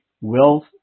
wealth